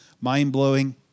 mind-blowing